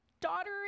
Daughter